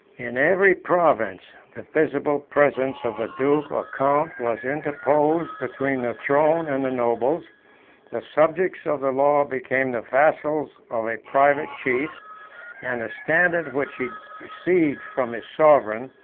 in every province, the visible presence of the duke or count was interposed between the throne and the nobles the subjects of the law became the vassals of a private chief and standard which he received from his sovereign,